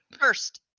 First